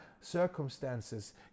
circumstances